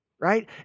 right